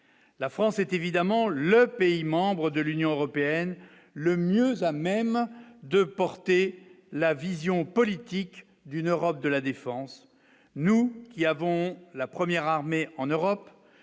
la France est évidemment le pays membres de l'Union européenne le mieux à même de porter la vision politique d'une Europe de la défense, nous qui avons la 1ère armée en Europe,